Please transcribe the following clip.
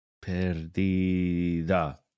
Perdida